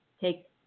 take